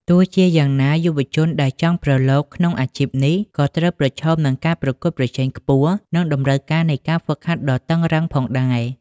ទោះជាយ៉ាងណា យុវជនដែលចង់ប្រឡូកក្នុងអាជីពនេះ ក៏ត្រូវប្រឈមនឹងការប្រកួតប្រជែងខ្ពស់ និងតម្រូវការនៃការហ្វឹកហាត់ដ៏តឹងរ៉ឹងផងដែរ។